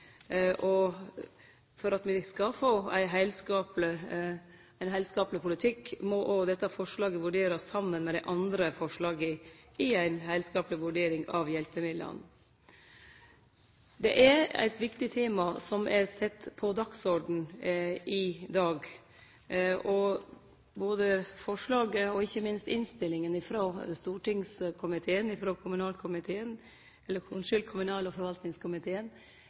og innretting av reglar for tilskottet til tilpassing. For at me skal få ein heilskapleg politikk, må òg dette forslaget vurderast saman med dei andre forslaga i ei heilskapleg vurdering av hjelpemidlane. Det er eit viktig tema som er sett på dagsordenen i dag. Forslaget og ikkje minst innstillinga frå kommunal- og